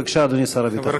בבקשה, אדוני שר הביטחון.